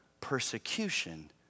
persecution